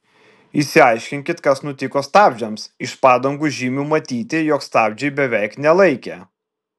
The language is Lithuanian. išsiaiškinkit kas nutiko stabdžiams iš padangų žymių matyti jog stabdžiai beveik nelaikė